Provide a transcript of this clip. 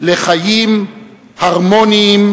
לחיים הרמוניים.